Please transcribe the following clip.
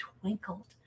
twinkled